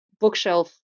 bookshelf